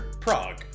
Prague